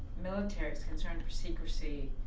military's concern for secrecy,